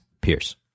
Pierce